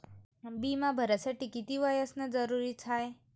बिमा भरासाठी किती वय असनं जरुरीच हाय?